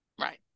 Right